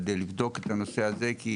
כדי לבדוק את הנושא הזה כי